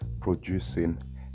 Producing